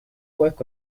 work